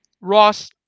Ross